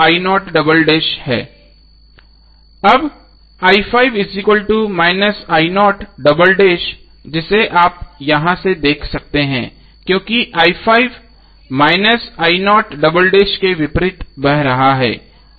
अब जिसे आप यहाँ से देख सकते हैं क्योंकि के विपरीत बह रहा है